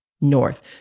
north